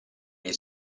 gli